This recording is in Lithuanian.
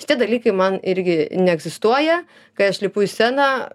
šitie dalykai man irgi neegzistuoja kai aš lipu į sceną